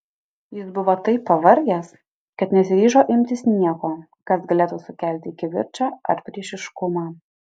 jis buvo taip pavargęs kad nesiryžo imtis nieko kas galėtų sukelti kivirčą ar priešiškumą